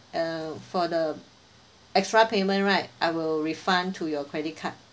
uh for the extra payment right I will refund to your credit card